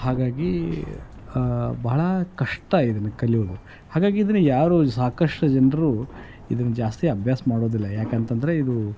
ಹಾಗಾಗಿ ಬಹಳ ಕಷ್ಟ ಇದನ್ನು ಕಲಿಯೋದು ಹಾಗಾಗಿ ಇದನ್ನು ಯಾರು ಸಾಕಷ್ಟು ಜನರು ಇದನ್ನು ಜಾಸ್ತಿ ಅಭ್ಯಾಸ ಮಾಡೋದಿಲ್ಲ ಯಾಕಂತ ಅಂದರೆ ಇದು